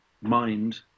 mind